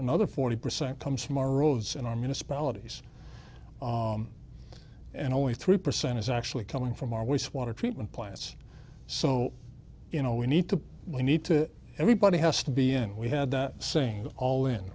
another forty percent comes from our roads and our municipalities and only three percent is actually coming from our wastewater treatment plants so you know we need to we need to everybody has to be and we had that same all in